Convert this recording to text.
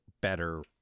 better